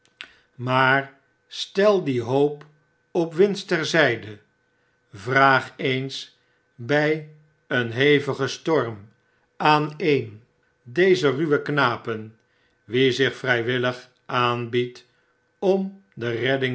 maar stel die hoop op winst ter zyde yraag eens bij een hevigen storm aan een dezer ruwe knapen wie zich vrijwillig aanbiedt om de